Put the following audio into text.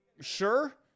Sure